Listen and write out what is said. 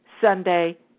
Sunday